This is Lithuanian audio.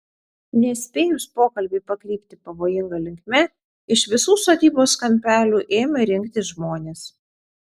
nespėjus pokalbiui pakrypti pavojinga linkme iš visų sodybos kampelių ėmė rinktis žmonės